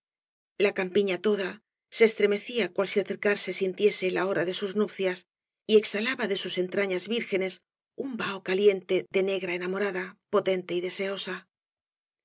la campiña toda se estremecía cual si acercarse sintiese la hora de sus nupcias y exhalaba de y obras de valle inclan sus entrañas vírgenes un vaho caliente de negra enamorada potente y deseosa